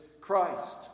Christ